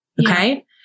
okay